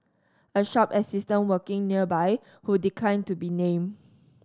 a shop assistant working nearby who declined to be named